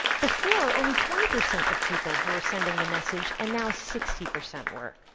before, only twenty percent of people were sending the message, and now sixty percent were,